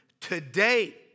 Today